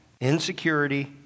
insecurity